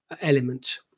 element